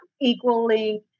equally